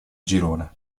girone